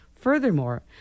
Furthermore